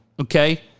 Okay